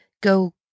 go